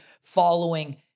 following